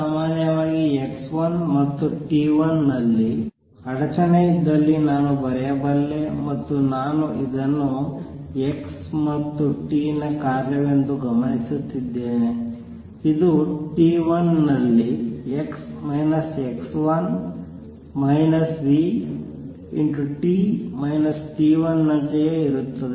ಸಾಮಾನ್ಯವಾಗಿ x 1 ಮತ್ತು t 1 ನಲ್ಲಿ ಅಡಚಣೆ ಇದ್ದಲ್ಲಿ ನಾನು ಬರೆಯಬಲ್ಲೆ ಮತ್ತು ನಾನು ಅದನ್ನು x ಮತ್ತು t ನ ಕಾರ್ಯವೆಂದು ಗಮನಿಸುತ್ತಿದ್ದೇನೆ ಇದು t1 ನಲ್ಲಿ v ನಂತೆಯೇ ಇರುತ್ತದೆ